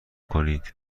کنید